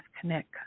connect